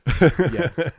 Yes